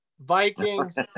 Vikings